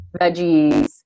veggies